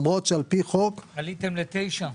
עליתם ל-9?